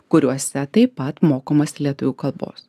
kuriuose taip pat mokomasi lietuvių kalbos